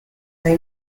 they